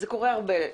וזה קורה הרבה.